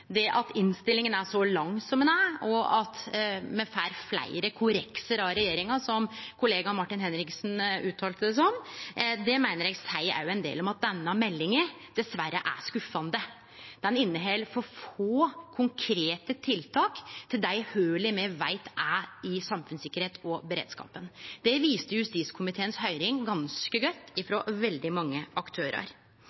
Det at innstillinga er så lang som ho er, og at me får fleire korreksar til regjeringa, som kollega Martin Henriksen kalla det, meiner eg òg seier ein del om at denne meldinga dessverre er skuffande. Ho inneheld for få konkrete tiltak for dei hola me veit er i samfunnssikkerheit og beredskap. Det viste høyringa i justiskomiteen ganske godt,